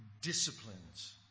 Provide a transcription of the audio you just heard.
disciplines